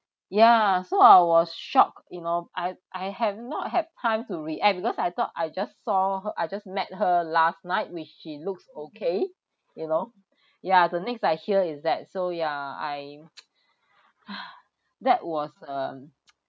ya so I was shocked you know I've I have not had time to react because I thought I just saw her I just met her last night which she looks okay you know yeah the next I hear is that so yeah I that was um